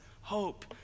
hope